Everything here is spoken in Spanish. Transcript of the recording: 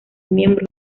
miembros